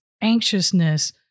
anxiousness